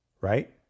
right